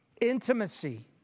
Intimacy